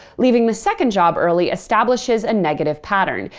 leaving the second job early establishes a negative pattern.